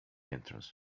entrance